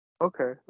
Okay